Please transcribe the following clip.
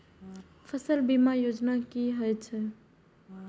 फसल बीमा योजना कि होए छै?